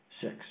six